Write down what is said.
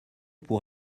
pour